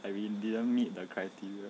like we didn't meet the criteria